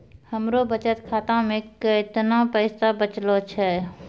हमरो बचत खाता मे कैतना पैसा बचलो छै?